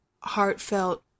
heartfelt